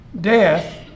death